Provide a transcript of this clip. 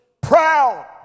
proud